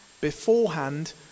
Beforehand